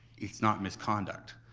it's not misconduct.